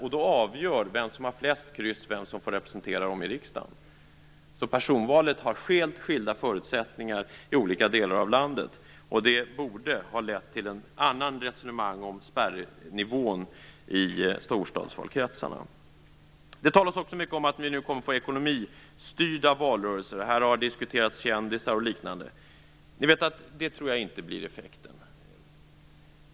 Det avgörande för vem som får representera partiet i riksdagen är vem som har fått flest kryss. Därför har personvalet helt skilda förutsättningar i olika delar av landet. Det borde ha lett till ett annat resonemang om spärrnivån i storstadsvalkretsarna. Det talas också mycket om att vi nu kommer att få ekonomistyrda valrörelser. Här har diskuterats kändisar och liknande. Det tror jag inte blir effekten.